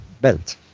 Belt